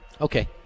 Okay